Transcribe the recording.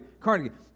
Carnegie